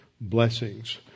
blessings